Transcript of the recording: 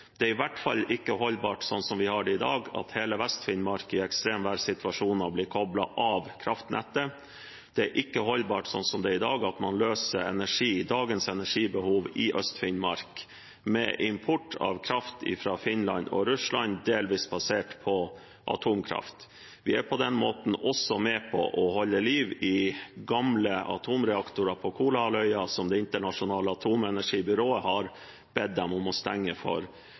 Det er i hvert fall ikke holdbart, sånn som vi har det i dag, at hele Vest-Finnmark i ekstreme værsituasjoner blir koblet av kraftnettet. Det er ikke holdbart, sånn som det er i dag, at man løser dagens energibehov i Øst-Finnmark med import av kraft fra Finland og Russland, delvis basert på atomkraft. Vi er på den måten også med på å holde liv i gamle atomreaktorer på Kolahalvøya, som Det internasjonale atomenergibyrået for mange år siden har bedt om